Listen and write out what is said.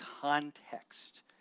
context